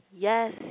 Yes